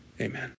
Amen